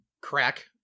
crack